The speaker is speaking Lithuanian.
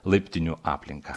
laiptinių aplinką